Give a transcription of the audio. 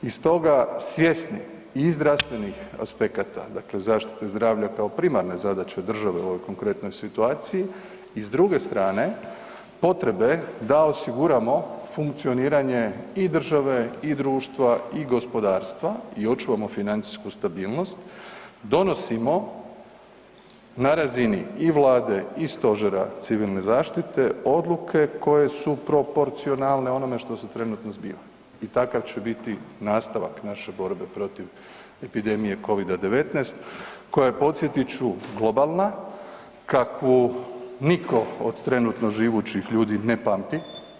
I stoga svjesni i zdravstvenih aspekata, dakle zaštite zdravlja kao primarne zadaće države u ovoj konkretnoj situaciji i s druge strane potrebe da osiguramo funkcioniranje i države i društva i gospodarstva i očuvamo financijsku stabilnost, donosimo na razini i Vlade i Stožera civilne zaštite odluke koje su proporcionalne onome što se trenutno zbiva i takav će biti nastavak naše borbe protiv epidemije covida-19 koji je podsjetit ću globalna kakvu nitko od trenutno živućih ljudi ne pamti.